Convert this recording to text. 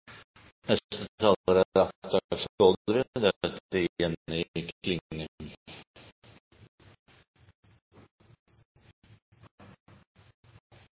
Neste taler er